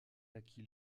acquis